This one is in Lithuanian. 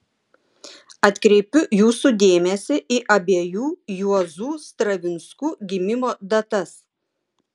atkreipiu jūsų dėmesį į abiejų juozų stravinskų gimimo datas